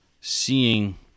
seeing